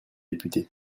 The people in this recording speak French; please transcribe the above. député